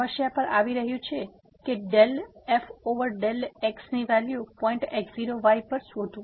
સમસ્યા પર આવી રહ્યું છે કે del f over del x ની વેલ્યુ પોઈન્ટ x0y પર પર શોધવું